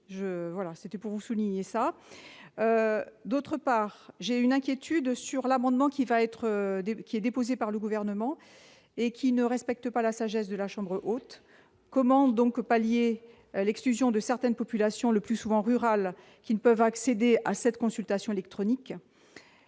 d'autre part, j'ai une inquiétude sur l'amendement qui va être débloquée déposé par le gouvernement et qui ne respectent pas la sagesse de la chambre haute, comment donc pallier l'exclusion de certaines populations, le plus souvent rurales qui ne peuvent accéder à cette consultation électronique